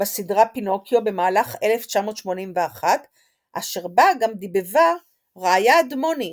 בסדרה פינוקיו במהלך 1981 אשר בה גם דיבבה רעיה אדמוני,